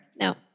No